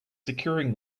securing